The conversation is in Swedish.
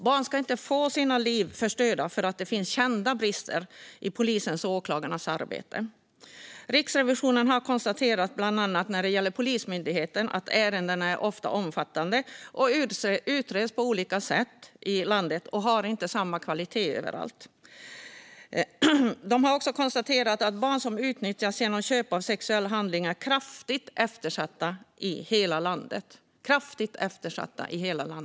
Barn ska inte få sina liv förstörda för att det finns kända brister i polisens och åklagarnas arbete. När det gäller Polismyndigheten har Riksrevisionen bland annat konstaterat att ärendena ofta är omfattande, att de utreds på olika sätt i landet och att kvaliteten inte är densamma överallt. Man har också konstaterat att barn som utnyttjas genom köp av sexuell handling är kraftigt eftersatta i hela landet.